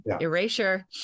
Erasure